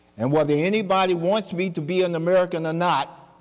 and whether anybody wants me to be an american or not,